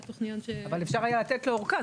אפשר יהיה לתת אורכה.